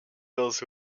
those